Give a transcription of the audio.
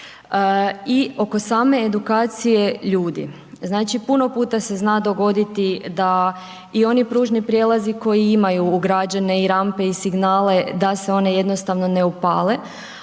i oko same edukacije ljudi. Znači puno puta se zna dogoditi da i oni pružni prijelazi koji imaju ugrađene i rampe i signale, da se one jednostavno ne upale